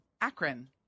Akron